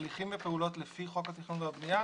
הליכים ופעולות לפי חוק התכנון והבנייה?